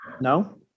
No